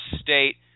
State